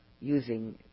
using